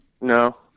No